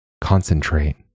concentrate